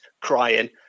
crying